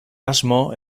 asmo